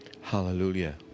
Hallelujah